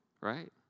right